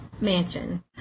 mansion